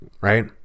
Right